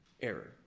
error